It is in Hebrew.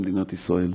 במדינת ישראל.